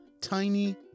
Tiny